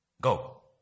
Go